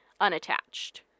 unattached